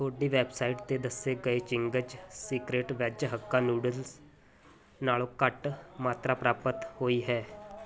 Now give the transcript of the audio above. ਤੁਹਾਡੀ ਵੈੱਬਸਾਈਟ 'ਤੇ ਦੱਸੇ ਗਏ Ching's secret veg hakka noodles ਨਾਲੋਂ ਘੱਟ ਮਾਤਰਾ ਪ੍ਰਾਪਤ ਹੋਈ ਹੈ